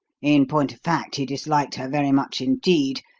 in point of fact, he disliked her very much indeed,